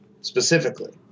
specifically